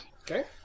Okay